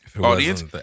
audience